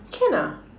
can ah